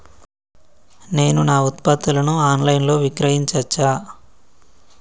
నేను నా ఉత్పత్తులను ఆన్ లైన్ లో విక్రయించచ్చా?